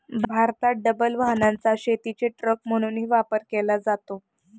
भारतात डबल वाहनाचा शेतीचे ट्रक म्हणूनही वापर केला जातो